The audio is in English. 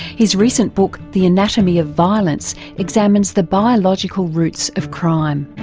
his recent book the anatomy of violence examines the biological roots of crime.